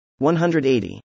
180